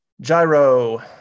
Gyro